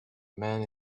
men